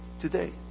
today